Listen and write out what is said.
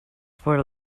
for